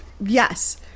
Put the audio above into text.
Yes